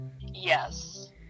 Yes